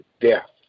death